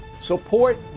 support